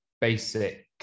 basic